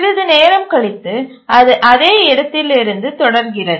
சிறிது நேரம் கழித்து அது அதே இடத்திலிருந்து தொடர்கிறது